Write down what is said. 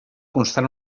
constar